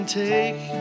take